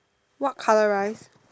what colour rice